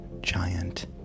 giant